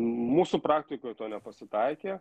mūsų praktikoj to nepasitaikė